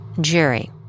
Jerry